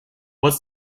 was